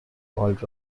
called